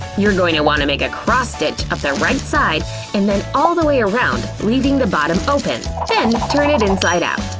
you're going to want to make a cross stitch up the right side and then all the way around, leaving the bottom open. then turn it inside out.